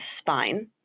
spine